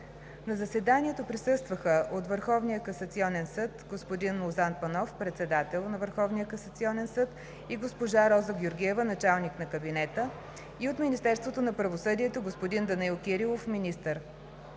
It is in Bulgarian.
На заседанието присъстваха от Върховния касационен съд: господин Лозан Панов – председател на Върховния касационен съд, и госпожа Роза Георгиева – началник на кабинета, и от Министерството на правосъдието – господин Данаил Кирилов – министър.